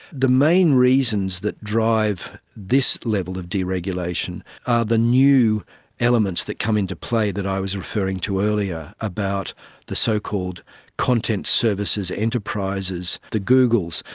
the main reasons that drive this level of deregulation are the new elements that come into play that i was referring to earlier about the so-called content services enterprises, the googles,